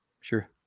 Sure